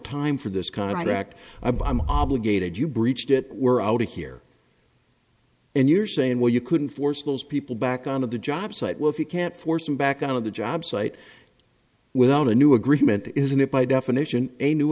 time for this kind of act i'm obligated you breached it we're out of here and you're saying well you couldn't force those people back on of the job site wolf you can't force him back out of the job site without a new agreement isn't it by definition a new